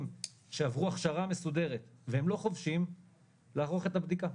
שעברה הכשרה מסודרת והם לא חובשים לערוך את הבדיקה.